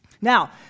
Now